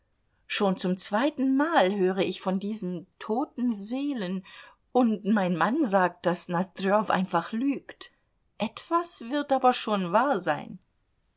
schon zum zweitenmal höre ich von diesen toten seelen und mein mann sagt daß nosdrjow einfach lügt etwas wird aber schon wahr sein